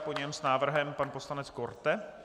Po něm s návrhem pan poslanec Korte.